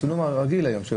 הצילום הרגיל היום.